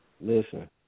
Listen